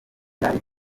byari